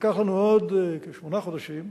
לקח עוד כשמונה חודשים,